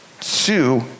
Sue